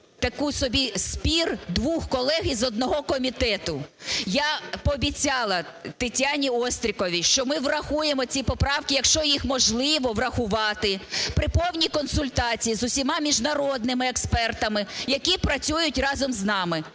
такий собі спір двох колег з одного комітету. Я пообіцяла Тетяні Остріковій, що ми врахуємо ці поправки, якщо їх можливо врахувати, при повній консультації з усіма міжнародними експертами, які працюють разом з нами.